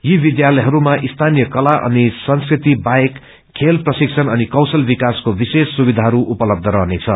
यी विध्यालयहरूमा स्थानीय कला अनि संस्कृति बाहेक खेल प्रशिक्षण अनि कौशल विकासको विशेष सुविधाहरू उपलब रहनेछ